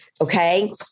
okay